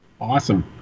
awesome